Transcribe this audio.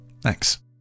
Thanks